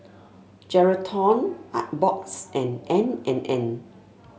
Geraldton Artbox and N and N